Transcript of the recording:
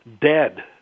dead